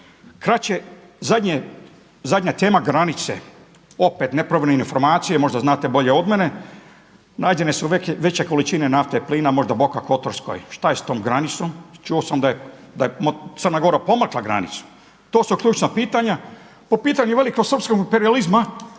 itd. Zadnja tema granice, opet nepravilne informacije možda znate bolje od mene, nađene su veće količine nafte, plina možda Boka Kotarskoj, šta je s tom granicom? Čuo sam da je Crna Gora pomakla granicu. To su ključna pitanja. Po pitanju velikosrpskog imperijalizma